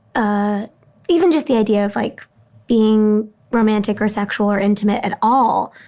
ah even just the idea of like being romantic or sexual or intimate at all.